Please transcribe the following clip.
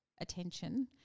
attention